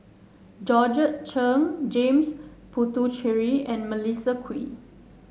Georgette Chen James Puthucheary and Melissa Kwee